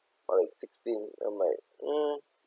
or like sixteen I'm like mm